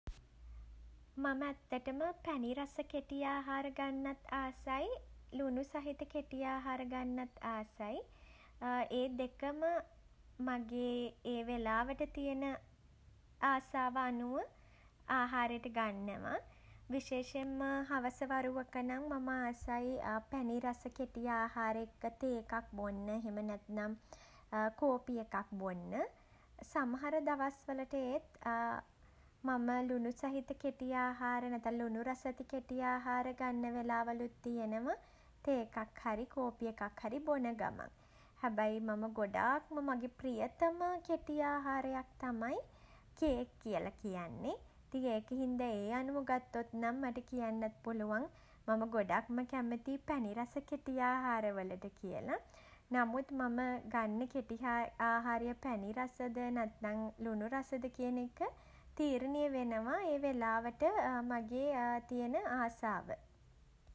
මම ඇත්තටම පැණිරස කෙටි ආහාර ගන්නත් ආසයි, ලුණු සහිත කෙටි ආහාර ගන්නත් ආසයි... ඒ දෙකම මගේ ඒ වෙලාවට තියෙන ආශාව අනුව ආහාරයට ගන්නව. විශේෂයෙන්ම හවස වරුවක නම් මම ආසයි පැණිරස කෙටි ආහාර එක්ක තේකක් බොන්න එහෙම නැත්නම් කෝපි එකක් බොන්න. සමහර දවස්වලට ඒත් මම ලුණු සහිත කෙටි ආහාර නැත්තන් ලුණු රසැති කෙටි ආහාර ගන්න වෙලාවලුත් තියෙනව තේකක් හරි කෝපි එකක් හරි බොන ගමන්. හැබැයි මම ගොඩාක්ම මගේ ප්‍රියතම කෙටි ආහාරයක් තමයි කේක් කියලා කියන්නෙ. ඉතින් ඒක හින්ද ඒ අනුව ගත්තොත් නම් මට කියන්නත් පුළුවන් මම ගොඩක්ම කැමති පැණි රස කෙටි ආහාරවලට කියල. නමුත් මම ගන්න කෙටි ආහාරය පැණිරස ද නැත්නම් ලුණු රස ද කියන එක තීරණය වෙනවා ඒ වෙලාවට මගේ තියෙන ආසාව.